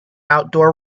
outdoor